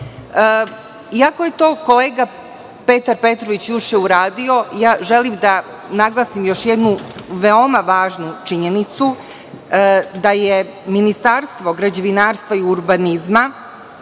je to kolega Petar Petrović juče uradio, želim da naglasim još jednu veoma važnu činjenicu, da je Ministarstvo građevinarstva i urbanizma